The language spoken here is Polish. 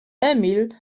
emil